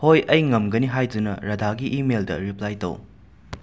ꯍꯣꯏ ꯑꯩ ꯉꯝꯒꯅꯤ ꯍꯥꯏꯗꯨꯅ ꯔꯥꯙꯥꯒꯤ ꯏꯃꯦꯜꯗ ꯔꯤꯄ꯭ꯂꯥꯏ ꯇꯧ